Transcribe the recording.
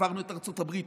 עברנו את ארצות הברית,